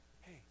hey